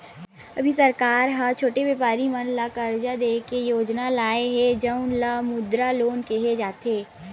अभी सरकार ह छोटे बेपारी मन ल करजा दे के योजना लाए हे जउन ल मुद्रा लोन केहे जाथे